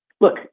look